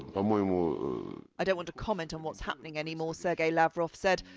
um i i don't want to comment on what's happening anymore, sergei lavrov, said.